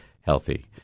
healthy